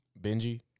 Benji